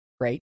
great